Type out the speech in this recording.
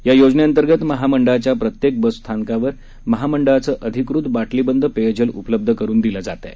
या योजनेअंतर्गत महामंडळाच्या प्रत्येक बस स्थानकावर महामंडळाचं अधिकृत बाटलीबंद पेयजल उपलब्ध करून दिलं जात आहे